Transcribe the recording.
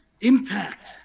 Impact